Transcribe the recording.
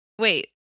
Wait